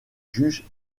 juge